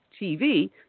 TV